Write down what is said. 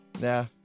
Nah